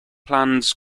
plans